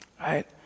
right